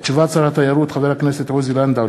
תשובת שר התיירות חבר הכנסת עוזי לנדאו